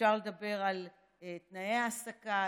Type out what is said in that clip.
אפשר לדבר על תנאי העסקה,